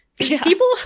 people